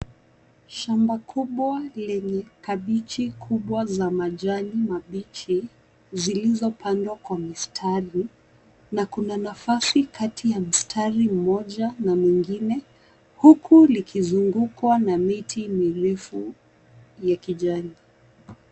Shamba kubwa lenye kabeji kubwa zenye majani mabichi zilizopandwa kwa mistari na kuna nafasi kati ya mstari mmoja na mwingine huku likizungukwa na miti mirefu ya kijani.